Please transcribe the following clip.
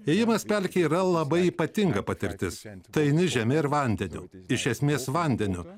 ėjimas pelkėje yra labai ypatinga patirtis tai eini žeme ir vandeniu iš esmės vandeniu